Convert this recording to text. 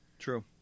True